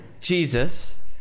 jesus